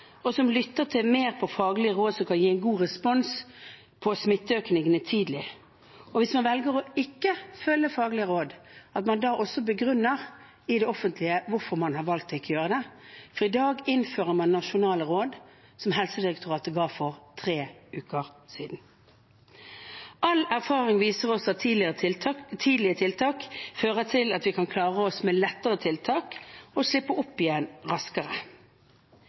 og som lytter mer på faglige råd som kan gi en god respons på smitteøkningene tidlig. Og hvis man velger å ikke følge faglige råd, at man da også begrunner offentlig hvorfor man har valgt ikke å gjøre det. For i dag innfører man nasjonale råd som Helsedirektoratet ga for tre uker siden. All erfaring viser oss at tidlige tiltak fører til at vi kan klare oss med lettere tiltak og slippe opp igjen raskere.